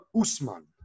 Usman